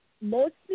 mostly